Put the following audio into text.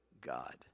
God